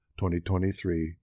2023